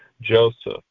Joseph